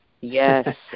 Yes